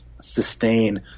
sustain